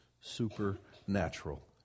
supernatural